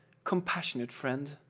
compassionate friend!